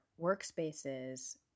workspaces